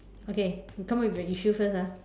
okay we come up with an issue first ah